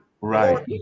Right